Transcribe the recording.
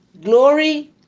glory